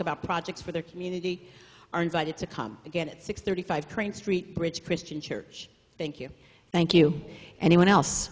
about projects for their community are invited to come again at six thirty five crane street bridge christian church thank you thank you anyone else